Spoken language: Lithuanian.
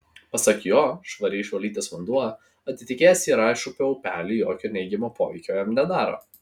pasak jo švariai išvalytas vanduo atitekėjęs į raišupio upelį jokio neigiamo poveikio jam nedaro